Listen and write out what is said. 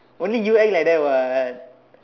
only you act like that what